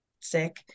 sick